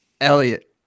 Elliot